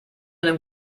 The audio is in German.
einem